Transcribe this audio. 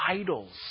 idols